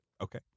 Okay